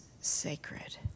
sacred